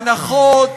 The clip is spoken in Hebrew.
הנחות,